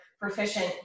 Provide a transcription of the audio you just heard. proficient